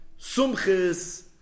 Sumchis